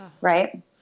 Right